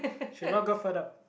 should not go further